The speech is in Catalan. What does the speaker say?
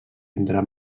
entre